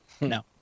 No